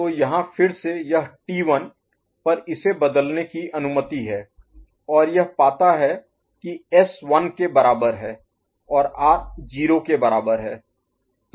तो यहाँ फिर से यह टी 1 पर इसे बदलने की अनुमति है और यह पाता है कि एस 1 के बराबर है और आर 0 के बराबर है